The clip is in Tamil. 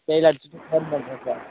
சரி சார் ஃபோன் பண்ணுறேன் சார்